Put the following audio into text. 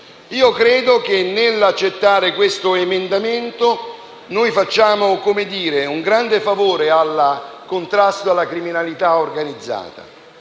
Io credo che, nel votare a favore di questo emendamento, noi faremmo un grande favore al contrasto alla criminalità organizzata